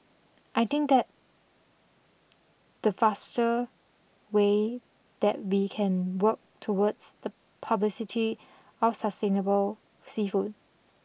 I think that the faster way that we can work towards the publicity of sustainable seafood